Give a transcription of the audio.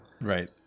Right